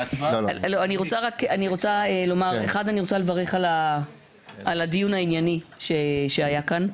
ראשית אני רוצה לברך על הדיון הענייני שהיה כאן,